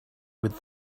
with